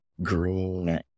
green